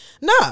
no